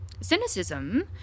Cynicism